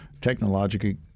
technologically